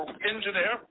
engineer